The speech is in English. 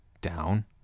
down